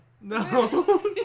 No